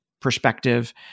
perspective